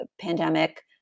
pandemic